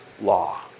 law